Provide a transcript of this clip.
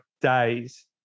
days